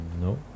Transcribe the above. No